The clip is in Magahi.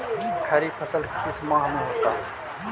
खरिफ फसल किस माह में होता है?